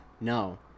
No